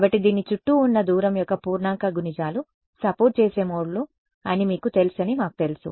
కాబట్టి దీని చుట్టూ ఉన్న దూరం యొక్క పూర్ణాంక గుణిజాలు సపోర్ట్ చేసే మోడ్లు సరే అని మీకు తెలుసని మాకు తెలుసు